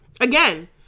Again